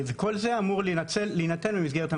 כל זה אמור להינתן במסגרת המכרז.